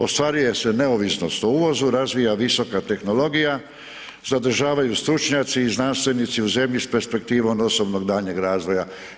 Ostvaruje se neovisnost o uvozu, razvija visoka tehnologija, zadržavaju stručnjaci i znanstvenici u zemlji s perspektivom osobnog daljnjeg razvoja.